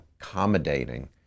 accommodating